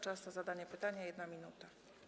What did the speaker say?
Czas na zadanie pytania - 1 minuta.